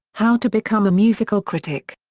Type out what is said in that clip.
how to become a musical critic.